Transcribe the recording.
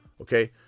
Okay